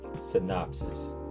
Synopsis